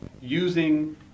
using